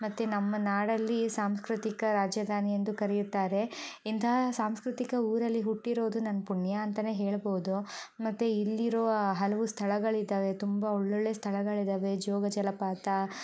ಮತ್ತೆ ನಮ್ಮ ನಾಡಲ್ಲಿ ಸಾಂಸ್ಕೃತಿಕ ರಾಜಧಾನಿ ಎಂದು ಕರೆಯುತ್ತಾರೆ ಇಂಥಹ ಸಾಂಸ್ಕೃತಿಕ ಊರಲ್ಲಿ ಹುಟ್ಟಿರುವುದು ನನ್ನ ಪುಣ್ಯ ಅಂತಾನೆ ಹೇಳಬಹುದು ಮತ್ತೆ ಇಲ್ಲಿರುವ ಹಲವು ಸ್ಥಳಗಳು ಇದ್ದಾವೆ ತುಂಬ ಒಳ್ಳೊಳ್ಳೆ ಸ್ಥಳಗಳು ಇದಾವೆ ಜೋಗ ಜಲಪಾತ